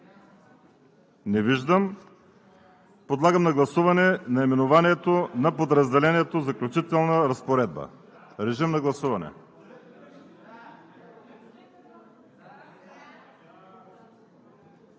Не виждам. Подлагам на гласуване наименованието на подразделението „Заключителна разпоредба“. Гласували